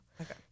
Okay